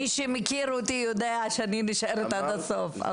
מי שמכיר אותי יודע שאני נשארת עד הסוף,